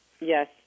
Yes